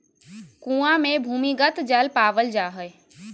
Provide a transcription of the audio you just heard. कुआँ मे भूमिगत जल पावल जा हय